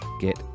get